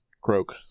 croak